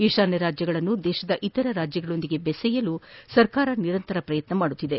ಈಶಾನ್ಯ ರಾಜ್ಯಗಳನ್ನು ದೇಶದ ಇತರ ರಾಜ್ಯಗಳೊಂದಿಗೆ ಬೆಸೆಯಲು ಸರ್ಕಾರ ನಿರಂತರ ಪ್ರಯತ್ನ ನಡೆಸಿದೆ